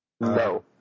No